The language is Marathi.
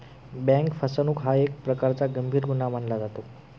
बँक फसवणूक हा एक प्रकारचा गंभीर गुन्हा मानला जातो